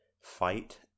fight